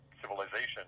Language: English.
civilization